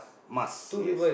must yes